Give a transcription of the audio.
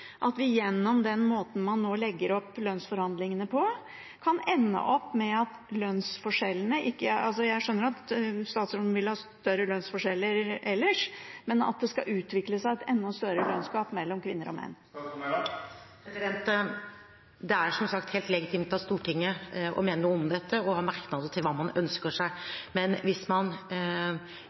at gjennom den måten man nå legger opp lønnsforhandlingene på – jeg skjønner at statsråden vil ha større lønnsforskjeller ellers – skal det utvikle seg et enda større lønnsgap mellom kvinner og menn. Det er som sagt helt legitimt av Stortinget å mene noe om dette og ha merknader til hva man ønsker seg. Men hvis man